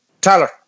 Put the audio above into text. Tyler